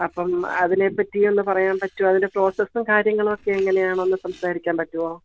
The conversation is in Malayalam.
അപ്പം അതിനെപ്പറ്റി ഒന്ന് പറയാൻ പറ്റുമോ അതിൻ്റെ പ്രോസസും കാര്യങ്ങളുവൊക്കെ എങ്ങനെയാണെന്ന് ഒന്ന് സംസാരിക്കാൻ പറ്റുമോ